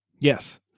Yes